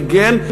מגן.